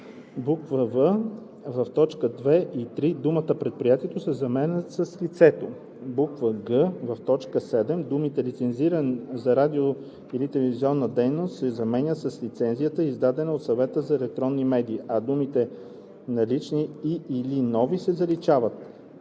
в) в т. 2 и 3 думата „предприятието“ се заменя с „лицето“; г) в т. 7 думите „лицензни за радио- или телевизионна дейност“ се заменят с „лицензия, издадена от Съвета за електронни медии“, а думите „налични и/или нови“ се заличават.“